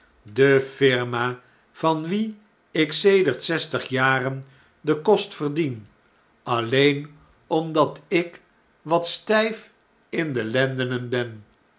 de firma van wie ik sedert zestig jaren den kost verdien alleen omdat ik wat styf in de lendenen ben